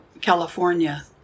California